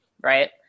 right